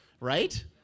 right